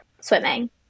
swimming